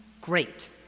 Great